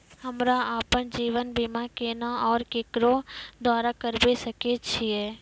हमरा आपन जीवन बीमा केना और केकरो द्वारा करबै सकै छिये?